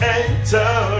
enter